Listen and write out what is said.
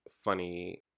funny